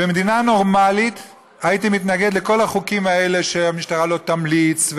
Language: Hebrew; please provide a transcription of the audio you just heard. במדינה נורמלית הייתי מתנגד לכל החוקים האלה שהמשטרה לא תמליץ,